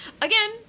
Again